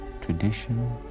tradition